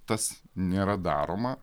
tas nėra daroma